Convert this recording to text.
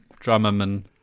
Drummerman